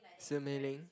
smiling